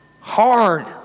Hard